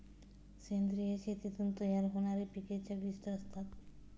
सेंद्रिय शेतीतून तयार होणारी पिके चविष्ट असतात